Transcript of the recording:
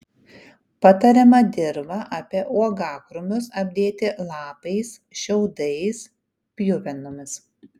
patariama dirvą apie uogakrūmius apdėti lapais šiaudais pjuvenomis